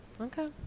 okay